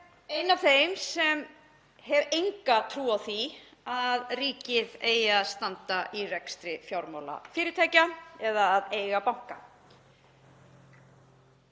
ein af þeim sem hef enga trú á því að ríkið eigi að standa í rekstri fjármálafyrirtækja eða að eiga banka.